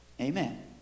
Amen